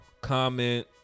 Comment